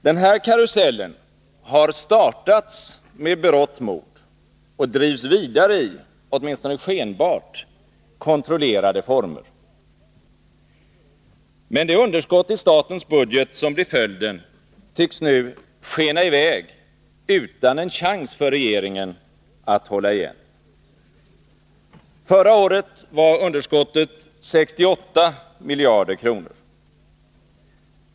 Den här karusellen har startats med berått mod och drivs vidare i — åtminstone skenbart — kontrollerade former. Men det underskott i statens budget som blir följden tycks nu skena i väg utan en chans för regeringen att hålla igen. Förra året var underskottet 68 miljarder kronor.